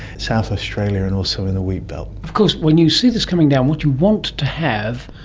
south australia and also in the wheat belt. of course when you see this coming down, what you want to have,